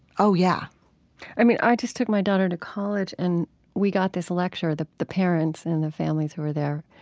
oh, yeah i mean, i just took my daughter to college and we got this lecture, the the parents and the families who were there,